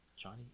Johnny